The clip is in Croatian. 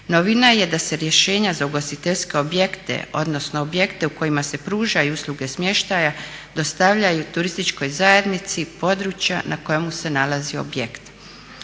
Novina je da se rješenja za ugostiteljske objekte odnosno objekte u kojima se pružaju usluge smještaja dostavljaju turističkoj zajednici područja na kojemu se nalazi objekt.